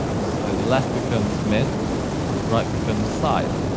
so the left becomes mid and the right becomes side.